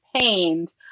pained